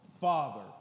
Father